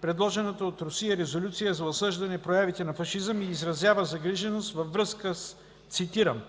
предложената от Русия Резолюция за осъждане проявите на фашизъм и изразява загриженост във връзка с, цитирам: